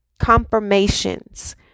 confirmations